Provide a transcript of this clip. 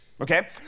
Okay